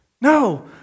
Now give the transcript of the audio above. no